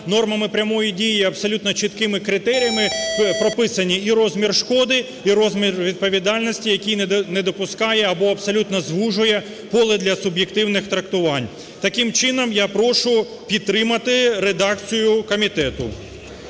нормами прямої дії і абсолютно чіткими критеріями прописані і розмір шкоди, і розмір відповідальності, який не допускає або абсолютно звужує поле для суб'єктивних трактувань. Таким чином, я прошу підтримати редакцію комітету.